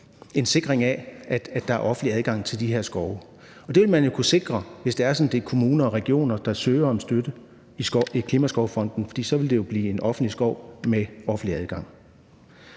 en sikring af, at der er offentlig adgang til de her skove, og det vil man jo kunne sikre, hvis det er sådan, at det er kommuner og regioner, der søger om støtte i Klimaskovfonden, for så vil det jo blive en offentlig skov med offentlig adgang.